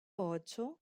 ocho